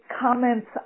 comments